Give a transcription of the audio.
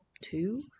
two